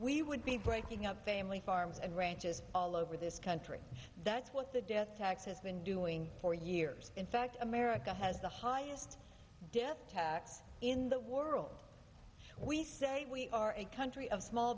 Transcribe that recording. we would be breaking up family farms and ranches all over this country that's what the death tax has been doing for years in fact america has the highest death in the world we say we are a country of small